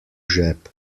žep